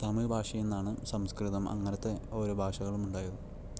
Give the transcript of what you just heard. തമിഴ് ഭാഷയിൽ നിന്നാണ് സംസ്കൃതം അങ്ങനത്തെ ഓരോ ഭാഷകളും ഉണ്ടായത്